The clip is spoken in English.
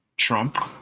Trump